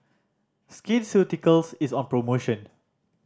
Skin Ceuticals is on promotion